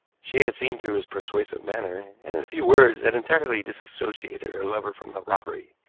she had seen through his persuasive manner, and in a few words had entirely dissociated her lover from the robbery,